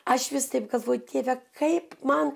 aš vis taip galvoju dieve kaip man